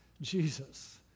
Jesus